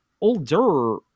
older